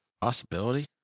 Possibility